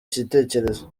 gitekerezo